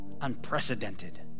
Unprecedented